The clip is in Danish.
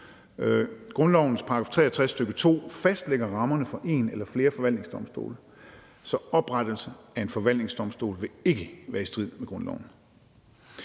Grundlovens § 63, stk. 2, fastlægger rammerne for en eller flere forvaltningsdomstole. Så oprettelsen af en forvaltningsdomstol vil ikke være i strid med grundloven.